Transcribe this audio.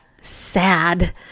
sad